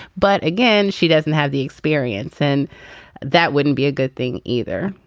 but again she doesn't have the experience and that wouldn't be a good thing either.